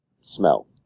smell